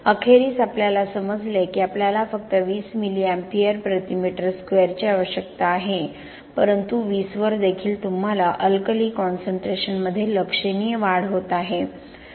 अखेरीस आपल्याला समजले की आपल्याला फक्त 20 मिली अँपिअर प्रति मीटर स्क्वेअरची आवश्यकता आहे परंतु 20 वर देखील तुम्हाला अल्कली कॉन्सन्ट्रेशनमध्ये लक्षणीय वाढ होत आहे